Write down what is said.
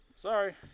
Sorry